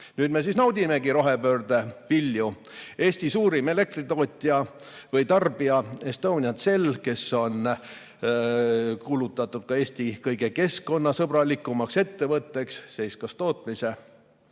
me siis naudime rohepöörde vilju. Eesti suurim elektritarbija Estonian Cell, kes on kuulutatud Eesti kõige keskkonnasõbralikumaks ettevõtteks, seiskas tootmise.